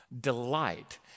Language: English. delight